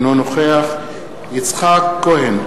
אינו נוכח יצחק כהן,